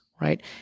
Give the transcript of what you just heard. Right